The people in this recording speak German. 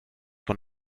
von